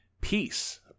peace